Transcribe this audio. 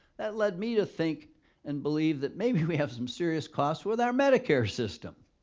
that led me to think and believe that maybe we have some serious costs with our medicare system.